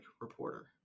reporter